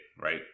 right